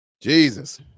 Jesus